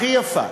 הכי יפה.